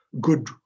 Good